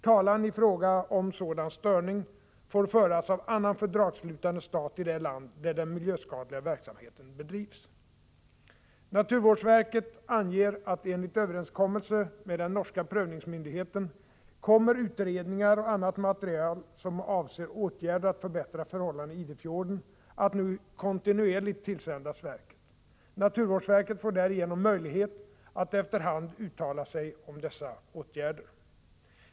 Talan i fråga om sådan störning får föras av annan fördragsslutande stat i det land där den miljöskadliga verksamheten bedrivs. Naturvårdsverket anger att enligt överenskommelse med den norska prövningsmyndigheten kommer utredningar och annat material som avser åtgärder att förbättra förhållandena i Idefjorden att nu kontinuerligt tillsändas verket. Naturvårdsverket får därigenom möjlighet att efter hand uttala sig om dessa åtgärder.